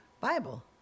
Bible